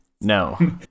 No